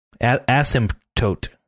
Asymptote